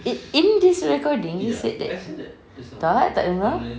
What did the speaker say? it in this recording he said that tak tak dengar